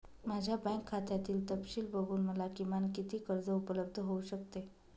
माझ्या बँक खात्यातील तपशील बघून मला किमान किती कर्ज उपलब्ध होऊ शकते?